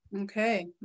Okay